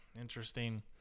interesting